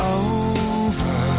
over